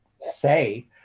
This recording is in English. say